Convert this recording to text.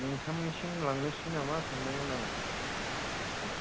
नोंथांनिसिम लांनोसै नामा सानदोंमोन आंङो दा बायद'